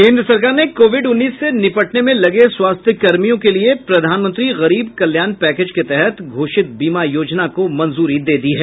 केन्द्र सरकार ने कोविड उन्नीस से निपटने में लगे स्वास्थ्य कर्मियों के लिए प्रधानमंत्री गरीब कल्याण पैकेज के तहत घोषित बीमा योजना को मंजूरी दे दी है